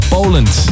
Poland